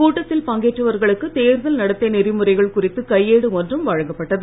கூட்டத்தில் பங்கேற்றவர்களுக்கு தேர்தல் நடத்தை நெறிமுறைகள் குறித்து கையேடு ஒன்றும் வழங்கப் பட்டது